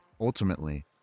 Ultimately